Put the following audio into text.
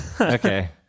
Okay